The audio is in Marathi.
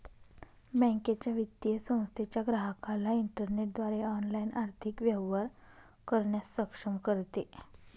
बँकेच्या, वित्तीय संस्थेच्या ग्राहकाला इंटरनेटद्वारे ऑनलाइन आर्थिक व्यवहार करण्यास सक्षम करते